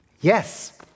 Yes